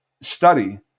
study